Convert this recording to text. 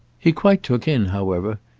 he quite took in, however,